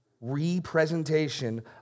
representation